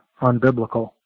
unbiblical